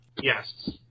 Yes